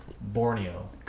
Borneo